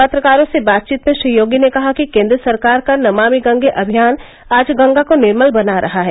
पत्रकारों से बातचीत में श्री योगी ने कहा कि केंद्र सरकार का नमामि गंगे अभियान आज गंगा को निर्मल बना रहा है